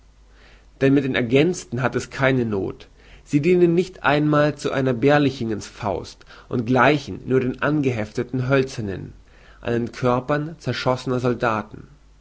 denn mit den ergänzten hat es keine noth sie dienen nicht einmal zu einer berlichingensfaust und gleichen nur den angehefteten hölzernen an den körpern zerschossener soldaten